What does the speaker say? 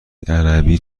عربی